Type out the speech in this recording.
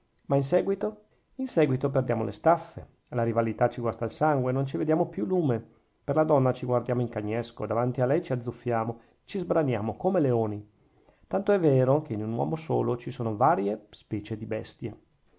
ma in seguito in seguito perdiamo le staffe la rivalità ci guasta il sangue non ci vediamo più lume per la donna ci guardiamo in cagnesco davanti a lei ci azzuffiamo ci sbraniamo come leoni tanto è vero che in un uomo solo ci sono varie specie di bestie